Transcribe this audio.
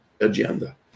agenda